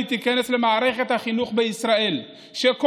הערבית תיכנס למערכת החינוך בישראל ושכל